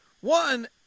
One